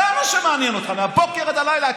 זה מה שמעניין אותך מהבוקר עד הלילה.